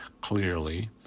clearly